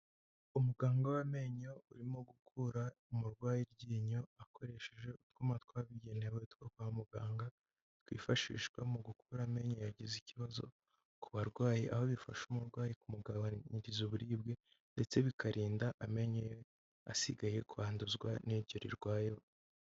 Umuganga w'amenyo urimo gukura umurwayi iryinyo akoresheje utwuma twabigenewe two kwa muganga, twifashishwa mukura amenyo yagize ikibazo ku barwayi, aho bifasha umurwayi kumugabanyiriza uburibwe, ndetse bikarinda amenyo ye asigaye kwanduzwa n'ibyo rirwayeho.